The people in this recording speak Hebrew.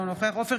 אינו נוכח עופר